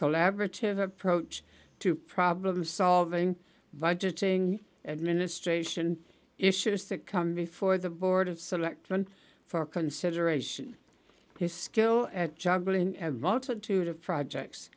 collaborative approach to problem solving budgeting administration issues that come before the board of selectmen for consideration his skill at juggling a volatile tutor projects